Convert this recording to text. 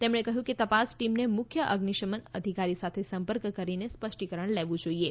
તેમણે કહ્યું કે તપાસ ટીમને મુખ્ય અઝિશમન અધિકારી સાથે સંપર્ક કરી સ્પષ્ટીકરણ લેવું જોઇએ